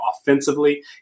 offensively